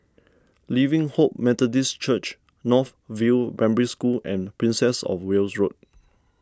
Living Hope Methodist Church North View Primary School and Princess of Wales Road